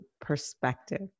perspective